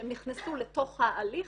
שהן נכנסו לתוך ההליך,